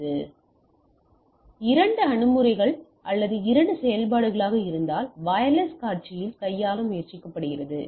இது இரண்டு அணுகுமுறைகள் அல்லது இரண்டு செயல்பாடுகளாக இருந்ததால் வயர்லெஸ் காட்சியில் கையாள முயற்சிக்கப்படுகிறது